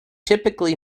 typically